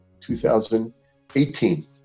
2018